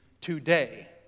today